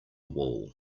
wall